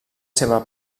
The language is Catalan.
seva